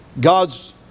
God's